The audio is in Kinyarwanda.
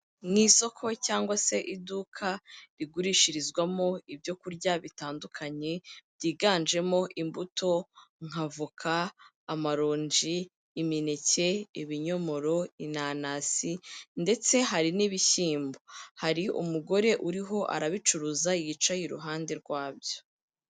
Mu isoko cyangwa se iduka rigurishirizwamo ibyokurya bitandukanye byiganjemo imbuto nka voka, amaronji, imineke, ibinyomoro, inanasi ndetse hari n'ibishyimbo, hari umugore uriho arabicuruza yicaye iruhande rwabyo.